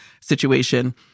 situation